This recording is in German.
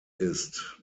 ist